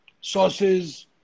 sauces